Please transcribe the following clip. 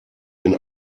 den